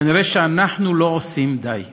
כנראה אנחנו לא עושים די,